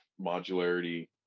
modularity